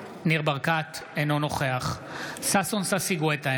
אינו נוכח ששון ששי גואטה,